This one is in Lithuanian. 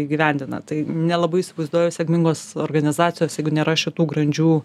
įgyvendina tai nelabai įsivaizduoju sėkmingos organizacijos jeigu nėra šitų grandžių